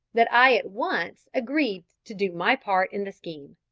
that i at once agreed to do my part in the scheme.